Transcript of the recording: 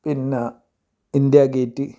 പിന്നെ India gate